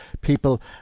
people